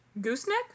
Gooseneck